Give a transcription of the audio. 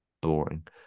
boring